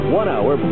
one-hour